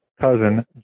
cousin